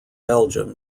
belgium